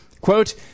Quote